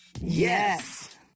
Yes